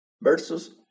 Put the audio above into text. versus